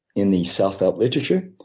in the self help literature,